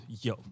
Yo